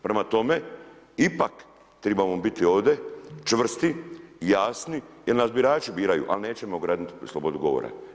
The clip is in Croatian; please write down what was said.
Prema tome, ipak tribamo biti ovde čvrsti, jasni jer nas birači biraju, ali nećemo ograničiti slobodu govora.